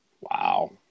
Wow